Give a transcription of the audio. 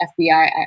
FBI